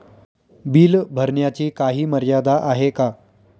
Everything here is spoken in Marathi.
बिल भरण्याची काही मर्यादा आहे का?